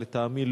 לטעמי,